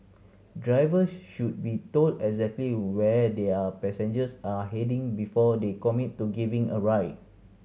drivers should be told exactly where their passengers are heading before they commit to giving a ride